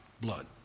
blood